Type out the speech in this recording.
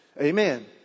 Amen